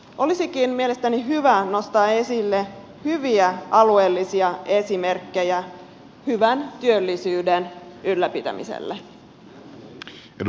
olisikin mielestäni hyvä nostaa esille hyviä alueellisia esimerkkejä hyvän työllisyyden ylläpitämiselle